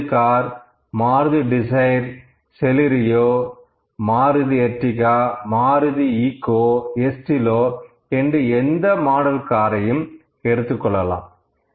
Maruti car Maruti dzire Celerio Maruti Ertiga Maruti Eeco Estilo என்று எந்த model காரையும் எடுத்துக்கொள்ளலாம்